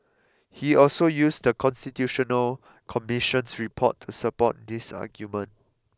he also used the Constitutional Commission's report to support this argument